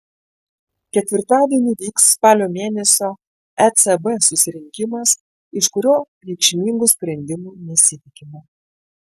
ketvirtadienį vyks spalio mėnesio ecb susirinkimas iš kurio reikšmingų sprendimų nesitikima